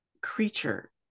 creature